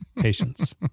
patience